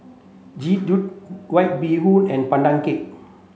Jian Dui White Bee Hoon and Pandan Cake